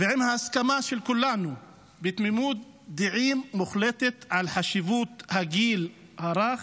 ובהסכמה של כולנו בתמימות דעים מוחלטת על חשיבות הגיל הרך,